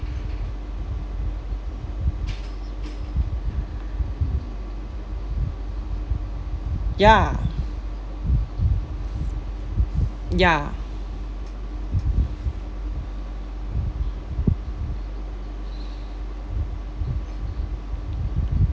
ya ya